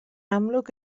amlwg